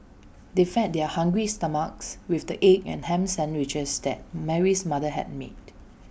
they fed their hungry stomachs with the egg and Ham Sandwiches that Mary's mother had made